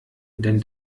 denn